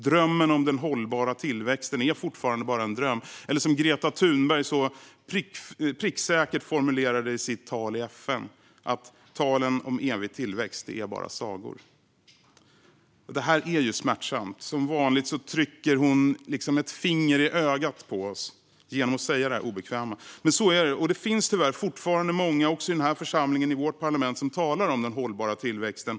Drömmen om den hållbara tillväxten är fortfarande bara en dröm, eller som Greta Thunberg så pricksäkert formulerade det i sitt tal i FN: Talen om evig tillväxt är bara sagor. Det här är smärtsamt. Som vanligt trycker Greta Thunberg ett finger i ögat på oss genom att säga det obekväma. Men så är det. Och det finns tyvärr fortfarande många också i den här församlingen, i vårt parlament, som talar om den hållbara tillväxten.